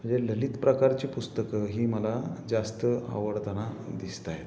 म्हणजे ललित प्रकारची पुस्तकं ही मला जास्त आवडताना दिसत आहेत